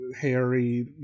Harry